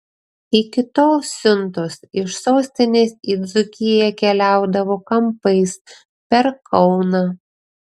iki tol siuntos iš sostinės į dzūkiją keliaudavo kampais per kauną